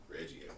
Reggie